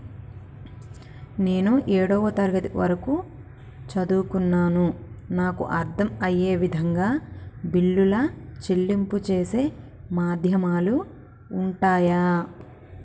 నేను ఏడవ తరగతి వరకు చదువుకున్నాను నాకు అర్దం అయ్యే విధంగా బిల్లుల చెల్లింపు చేసే మాధ్యమాలు ఉంటయా?